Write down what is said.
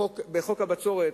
אני הייתי שותף בחוק הבצורת.